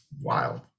wild